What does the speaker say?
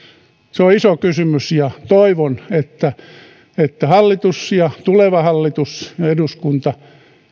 se on iso kysymys ja toivon että että hallitus ja tuleva hallitus ja eduskunta